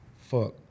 Fuck